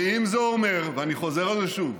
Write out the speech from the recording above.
ואם זה אומר, ואני חוזר על זה שוב,